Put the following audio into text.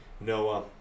Noah